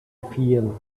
feel